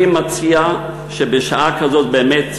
אני מציע שבשעה כזאת, באמת,